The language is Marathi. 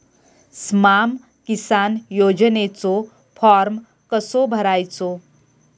स्माम किसान योजनेचो फॉर्म कसो भरायचो?